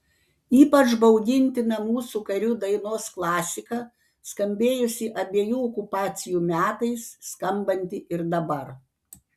ypač baugintina mūsų karių dainos klasika skambėjusi abiejų okupacijų metais skambanti ir dabar